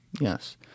yes